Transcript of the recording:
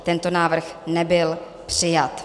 Tento návrh nebyl přijat.